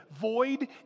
void